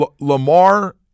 Lamar